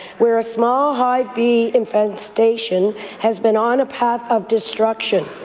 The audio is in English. where a small-hive bee infestation has been on a path of destruction.